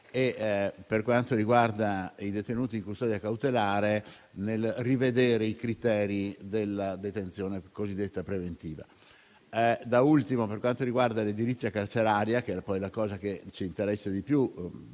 per quanto riguarda i detenuti in custodia cautelare, rivedendo i criteri della detenzione cosiddetta preventiva. Infine, per quanto riguarda l'edilizia carceraria, che è poi la cosa che ci interessa di più,